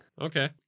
Okay